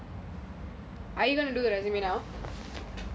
are you going to do the resume now